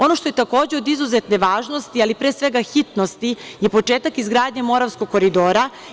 Ono što je takođe od izuzetne važnosti, ali pre svega hitnosti, je početak izgradnje Moravskom koridora.